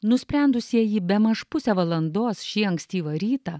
nusprendusieji bemaž pusę valandos šį ankstyvą rytą